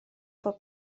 bob